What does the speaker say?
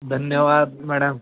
धन्यवाद मॅडम